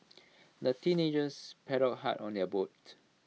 the teenagers paddled hard on their boat